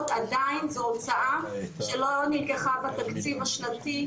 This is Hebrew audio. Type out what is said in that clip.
עדיין זאת הוצאה שלא נלקחה בתקציב השנתי,